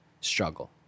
struggle